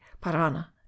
Parana